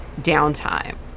downtime